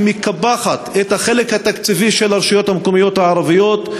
מקפחת את החלק התקציבי של הרשויות המקומיות הערביות.